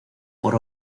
por